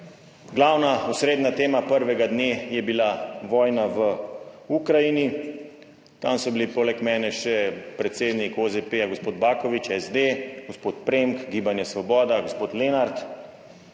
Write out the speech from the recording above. Glavna, osrednja tema prvega dne je bila vojna v Ukrajini. Tam so bili poleg mene še predsednik OZP, gospod Baković - SD, gospod Premk - Gibanje svoboda, gospod Lenart,